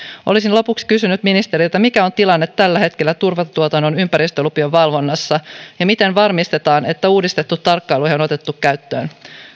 olisin lopuksi kysynyt ministeriltä mikä on tilanne tällä hetkellä turvetuotannon ympäristölupien valvonnassa ja miten varmistetaan että uudistettu tarkkailuohje on otettu käyttöön